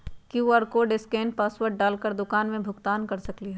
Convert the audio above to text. QR code scan password डाल कर दुकान में भुगतान कर सकलीहल?